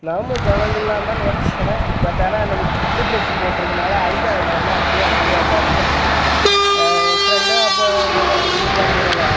நாமளும் கலந்துக்கலான்னு தான் நினச்சேன் பட் ஆனால் அன்றைக்கு இது புது ட்ரெஸ்ஸு போட்டிருந்தனால அழுக்காகக் கூடாதுன்னு அப்படியே அமைதியாக உட்காந்துட்டேன் என் ஃப்ரெண்டும் அப்போ நிறைய பிடித்தான் மீன் எல்லாம்